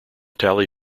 tally